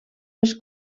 les